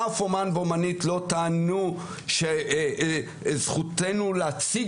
אף אומן ואומנית לא טענו שזכותנו להציג